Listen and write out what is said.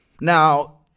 Now